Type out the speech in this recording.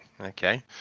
Okay